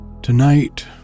Tonight